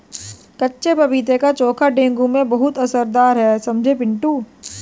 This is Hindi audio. कच्चे पपीते का चोखा डेंगू में बहुत असरदार है समझे पिंटू